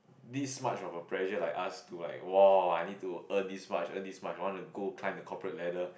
this much of a pressure like us to like !woah! I need to earn this much earn this much I want to go climb the corporate ladder